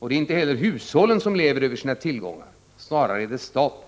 Det är inte heller hushållen som lever över sina tillgångar, det är snarare staten.